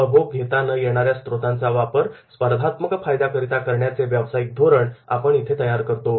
उपभोग घेता न येणाऱ्या स्त्रोतांचा वापर स्पर्धात्मक फायदा करिता करण्याचे व्यवसायिक धोरण आपण इथे तयार करतो